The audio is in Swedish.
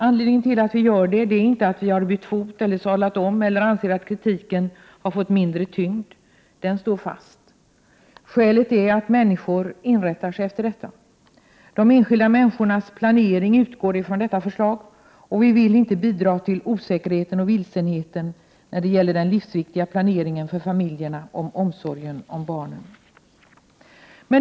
Anledningen är inte att vi har bytt fot eller sadlat om eller anser att kritiken har fått mindre tyngd — den står fast. Skälet är att människor inrättar sig efter detta. De enskilda människornas planering utgår ifrån detta förslag, och vi vill inte bidra till osäkerheten och vilsenheten när det gäller den livsviktiga planeringen om omsorgen om barnen.